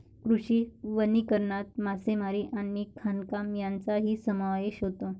कृषी वनीकरणात मासेमारी आणि खाणकाम यांचाही समावेश होतो